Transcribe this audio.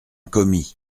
commis